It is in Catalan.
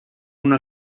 una